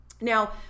Now